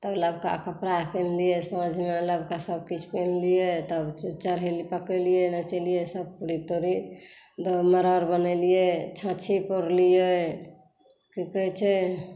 तब लबका कपड़ा किनलियै साँझ मे नबका सबकिछु पेन्हलीयै तब चढ़ेलियै पकेलियै नाचेलियै सब पूरी तुरी धमौरा अओ र बनेलियै छाँछी पौरलियै की कहै छै